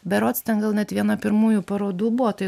berods ten gal net viena pirmųjų parodų buvo toj